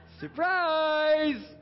surprise